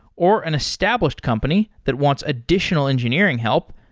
or an established company that wants additional engineering help,